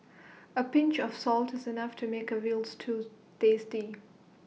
A pinch of salt is enough to make A Veal Stew tasty